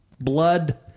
Blood